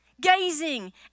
gazing